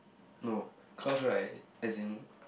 no cause right as in